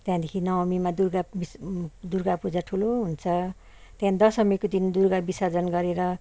त्यहाँदेखि नवमीमा दुर्गा बिस दुर्गा पूजा ठुलो हुन्छ त्यहाँदेखि दशमीको दिन दुर्गा बिसर्जन गरेर